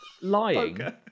lying